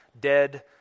dead